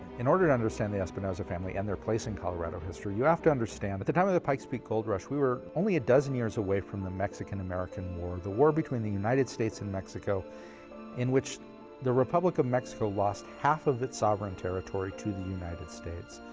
in order to understand the espinosa family and their place in colorado history, you have to understand that at the time of the pike's peak gold rush we were only a dozen years away from the mexican-american war, the war between the united states and mexico in which the republic of mexico lost half of its sovereign territory to the united states.